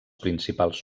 principals